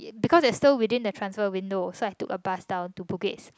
because it's still within the transfer window so I took a bus down to Bugis